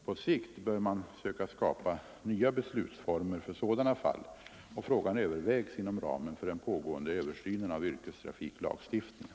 På sikt bör man söka skapa nya beslutsformer för sådana fall, och frågan övervägs inom ramen för den pågående översynen av yrkestrafiklagstiftningen.